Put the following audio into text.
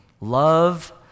Love